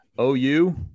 OU